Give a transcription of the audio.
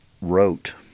wrote